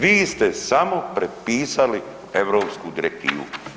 Vi ste samo prepisali europsku direktivu.